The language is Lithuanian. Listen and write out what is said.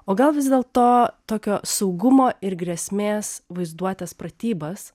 o gal vis dėlto tokio saugumo ir grėsmės vaizduotės pratybas